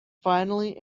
finally